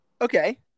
Okay